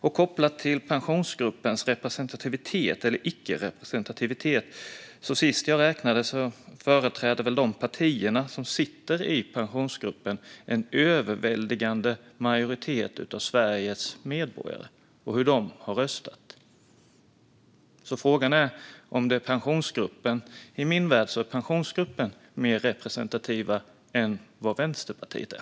När det gäller Pensionsgruppens representativitet: Sist jag räknade företrädde de partier som sitter i Pensionsgruppen en överväldigande majoritet av Sveriges väljare. I min värld är Pensionsgruppen därför mer representativ än vad Vänsterpartiet är. Redovisning av AP-fondernas verk-samhet t.o.m. 2020